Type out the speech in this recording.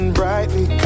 brightly